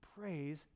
Praise